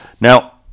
now